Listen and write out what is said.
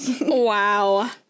Wow